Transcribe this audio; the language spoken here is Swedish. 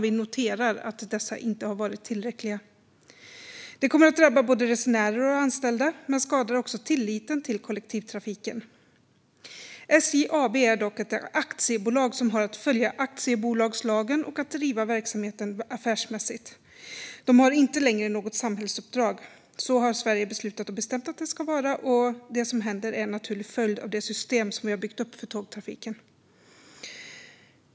Vi noterar att dessa inte varit tillräckliga. Det kommer att drabba både resenärer och anställda, men det skadar också tilliten till kollektivtrafiken. SJ AB är dock ett aktiebolag, som har att följa aktiebolagslagen och driva verksamheten affärsmässigt. Man har inte längre något samhällsuppdrag. Så har Sverige beslutat och bestämt att det ska vara, och det som händer är en naturlig följd av det system som vi har byggt upp för tågtrafiken.